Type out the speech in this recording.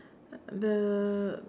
the